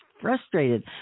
frustrated